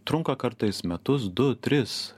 trunka kartais metus du tris